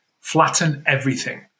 flatten-everything